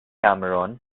cameron